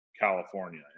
California